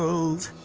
world